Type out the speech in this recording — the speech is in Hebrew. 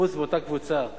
חוץ מאותה קבוצה